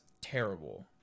terrible